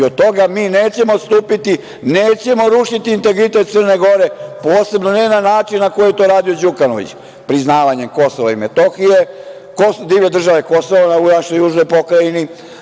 Od toga mi nećemo odstupiti, nećemo rušiti integritet Crne Gore, posebno ne na način na koji je to radio Đukanović – priznavanjem Kosova i Metohije, divlje države Kosovo u našoj južnoj pokrajini,